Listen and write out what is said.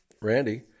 Randy